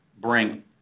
bring